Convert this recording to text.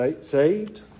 saved